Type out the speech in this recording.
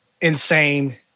insane